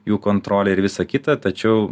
jų kontrolė ir visa kita tačiau